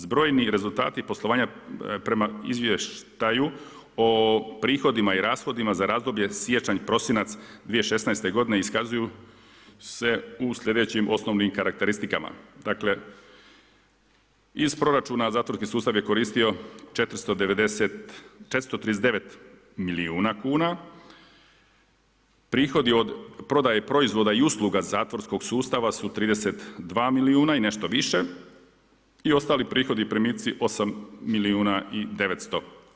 Zbrojeni rezultati poslovanja prema izvještaju o prihodima i rashodima za razdoblje siječanj-prosinac 2016. godine iskazuju se u slijedećim osnovnim karakteristikama: dakle, iz proračuna zatvorski sustav je koristio 439 milijuna kuna, prihodi od prodaje proizvoda i usluga zatvorskog sustava su 32 milijuna i nešto više i ostali prihodi i primitci 8 milijuna i 900.